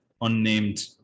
unnamed